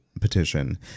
petition